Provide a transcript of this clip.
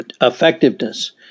effectiveness